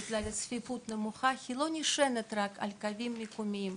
בגלל הצפיפות הנמוכה היא אינה נשענת רק על קווים מקומיים,